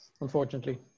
unfortunately